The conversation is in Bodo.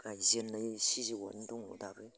गायजेननाय सिजौआनो दङ दाबो